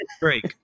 break